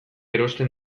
erosten